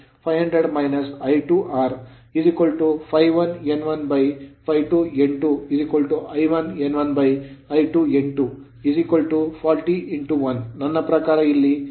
ಆದ್ದರಿಂದ 500500 I2R ∅1n1 ∅2n2 I1n1 I2 n2 40 1 ನನ್ನ ಪ್ರಕಾರ ಇಲ್ಲಿ I1 40 ಮತ್ತು I2 28